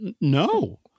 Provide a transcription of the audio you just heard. No